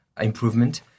improvement